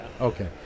Okay